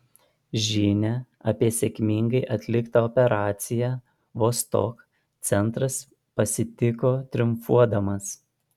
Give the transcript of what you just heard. žinią apie sėkmingai atliktą operaciją vostok centras pasitiko triumfuodamas